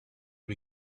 you